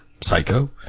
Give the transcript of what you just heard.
psycho